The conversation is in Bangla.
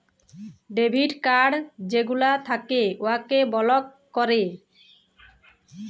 ডেবিট কাড় যেগলা থ্যাকে উয়াকে বলক ক্যরে